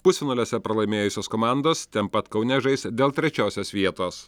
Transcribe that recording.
pusfinaliuose pralaimėjusios komandos ten pat kaune žais dėl trečiosios vietos